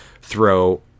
throw